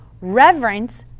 reverence